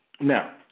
Now